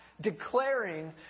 declaring